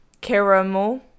caramel